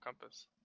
compass